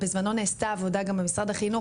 בזמנו נעשתה עבודה גם במשרד החינוך,